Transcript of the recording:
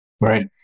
Right